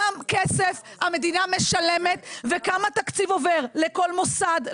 כסף המדינה משלמת וכמה תקציב עובר לכל מוסד,